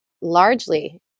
Largely